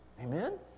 Amen